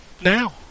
now